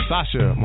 Sasha